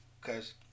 Cause